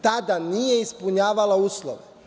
Tada nije ispunjavala uslov.